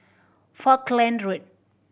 Falkland Road